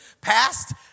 passed